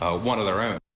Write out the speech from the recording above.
ah one of their own.